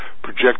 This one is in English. project